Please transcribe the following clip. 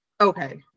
Okay